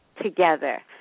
together